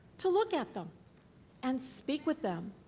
to look at them and speak with them